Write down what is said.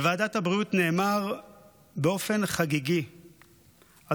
בוועדת הבריאות נמסר באופן חגיגי על